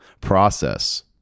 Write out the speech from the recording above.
process